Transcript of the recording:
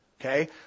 Okay